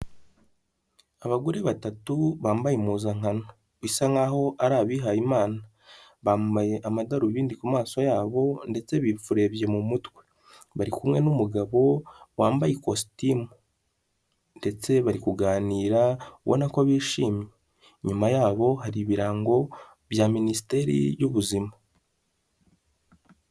Abagore batatu bambaye impuzankano, bisa nk'aho ari abihayimana, bambaye amadarubindi ku maso yabo ndetse bipfurebye mu mutwe, bari kumwe n'umugabo wambaye ikositimu ndetse bari kuganira ubona ko bishimye, inyuma y'abo hari ibirango bya Minisiteri y'Ubuzima.